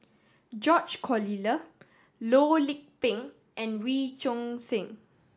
George Collyer Loh Lik Peng and Wee Choon Seng